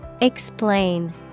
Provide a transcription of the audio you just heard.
Explain